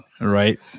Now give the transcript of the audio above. right